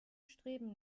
streben